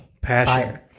Passion